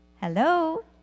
hello